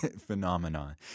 phenomena